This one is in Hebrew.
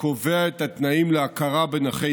קובע את התנאים להכרה בנכי